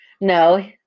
No